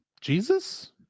Jesus